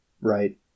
right